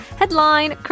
headline